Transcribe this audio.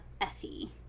Effie